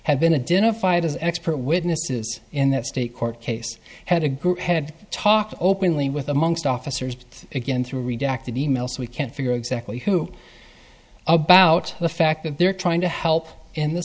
had been a dinner fight as expert witnesses in that state court case had a group had talked openly with amongst officers again through redacted e mails we can't figure out exactly who about the fact that they're trying to help in the